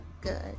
good